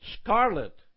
Scarlet